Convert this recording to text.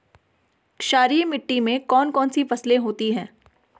क्षारीय मिट्टी में कौन कौन सी फसलें होती हैं?